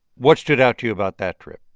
what stood out to you about that trip?